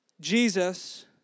Jesus